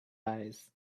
eyes